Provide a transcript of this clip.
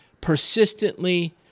persistently